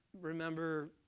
Remember